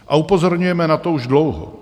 A upozorňujeme na to už dlouho.